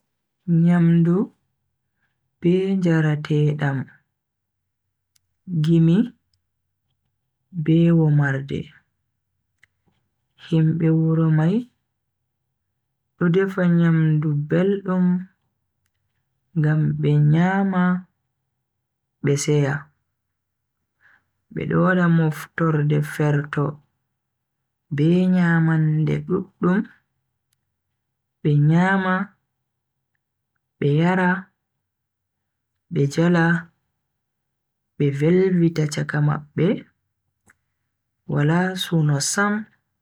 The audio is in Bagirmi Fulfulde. Nyamdu be njaratedam, gimi be womarde. Himbe wuro mai do defa nyamdu beldum ngam be nyama be seya. Be do wada moftorde ferto be nyamande duddum be nyama be yara be jala be velvita chakka mabbe wala suno sam.